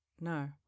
no